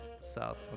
south